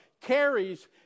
carries